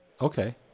Okay